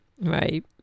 right